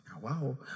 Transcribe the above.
wow